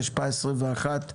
התשפ"ב-2001,